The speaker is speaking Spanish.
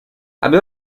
había